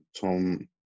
Tom